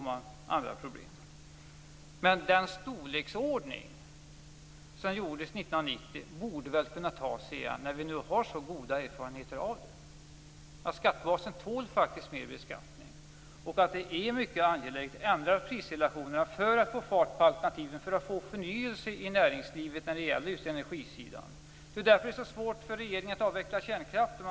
Men en skatteväxling av den storleksordning som gjordes 1990 borde kunna göras igen, när vi nu har så goda erfarenheter av det. Skattebasen tål faktiskt mer beskattning, och det är mycket angeläget att ändra prisrelationerna för att få fart på alternativen, för att åstadkomma förnyelse i näringslivet när det gäller energin. Det är därför det är så svårt för regeringen att avveckla kärnkraften.